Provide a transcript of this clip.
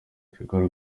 tigo